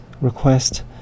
request